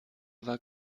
war